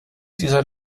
dieser